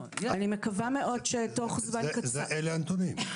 אלה הנתונים.